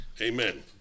amen